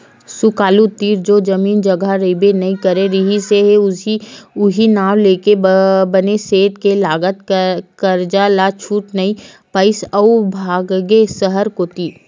सुकालू तीर तो जमीन जघा रहिबे नइ करे रिहिस हे उहीं नांव लेके बने सेठ के लगत करजा ल छूट नइ पाइस अउ भगागे सहर कोती